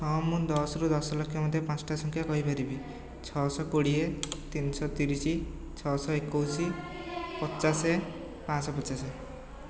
ହଁ ମୁଁ ଦଶରୁ ଦଶ ଲକ୍ଷ ମଧ୍ୟରେ ପାଞ୍ଚଟି ସଂଖ୍ୟା କହିପାରିବି ଛଅଶହ କୋଡ଼ିଏ ତିନିଶହ ତିରିଶ ଛଅଶହ ଏକୋଇଶ ପଚାଶ ପାଞ୍ଚଶହ ପଚାଶ